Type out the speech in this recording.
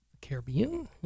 caribbean